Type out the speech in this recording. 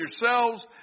yourselves